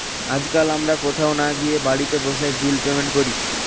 আজকাল আমরা কোথাও না গিয়ে বাড়িতে বসে বিল পেমেন্ট করি